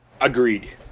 Agreed